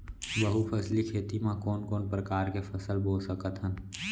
बहुफसली खेती मा कोन कोन प्रकार के फसल बो सकत हन?